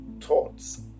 thoughts